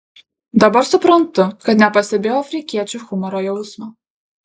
dabar suprantu kad nepastebėjau afrikiečių humoro jausmo